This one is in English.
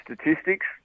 statistics